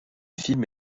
film